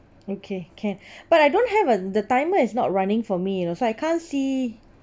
okay can but I don't have uh the timer is not running for me you know so I can't see